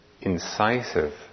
incisive